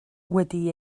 wedi